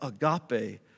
agape